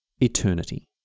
eternity